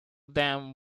damn